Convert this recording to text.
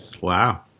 Wow